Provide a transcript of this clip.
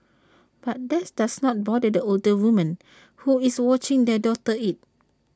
but that does not bother the older woman who is watching their daughter eat